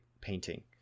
painting